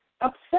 upset